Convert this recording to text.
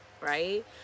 right